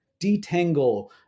detangle